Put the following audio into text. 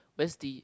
where's the